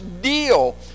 deal